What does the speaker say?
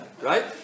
Right